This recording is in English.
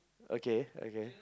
okay okay